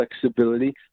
flexibility